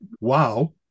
wow